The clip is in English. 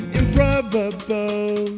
improbable